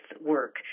work